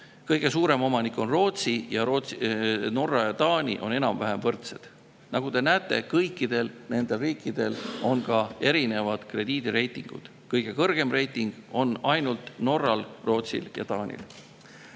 Kõige suurem omanik on Rootsi. Norra ja Taani on enam-vähem võrdsed. Nagu te näete, kõikidel nendel riikidel on ka erinevad krediidireitingud. Kõige kõrgem reiting on Norral, Rootsil ja Taanil.